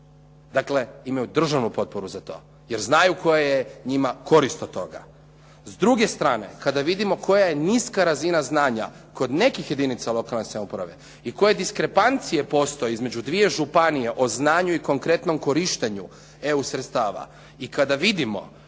Dakle, imaju državnu potporu za to jer znaju koja je njima korist od toga. S druge strane, kada vidimo koja je niska razina znanja kod nekih jedinica lokalne samouprave i koje diskrepancije postoje između dvije županije o znanju i konkretnom korištenju EU sredstava i kada vidimo